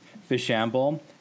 Fishamble